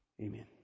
Amen